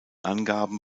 angaben